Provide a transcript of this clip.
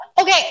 Okay